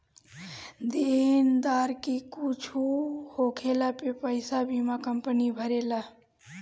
देनदार के कुछु होखला पे पईसा बीमा कंपनी भरेला